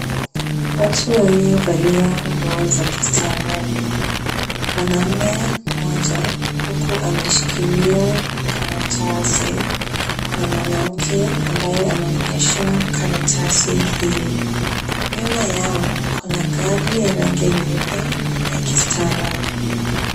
Watu waliovalia nguo za kistaarabu. Mwanaume mmoja huku ameshikilia karatasi na mwanamke ambaye anaonyeshwa karatasi hili. Nyuma yao kuna gari lenye rangi ya nyeupe ya kistaarabu.